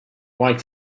like